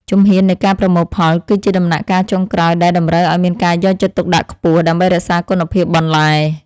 ជំហាននៃការប្រមូលផលគឺជាដំណាក់កាលចុងក្រោយដែលតម្រូវឱ្យមានការយកចិត្តទុកដាក់ខ្ពស់ ដើម្បីរក្សាគុណភាពបន្លែ។